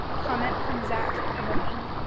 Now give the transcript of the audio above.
comment from zack carboni.